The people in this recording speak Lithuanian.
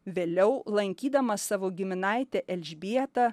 vėliau lankydama savo giminaitę elžbietą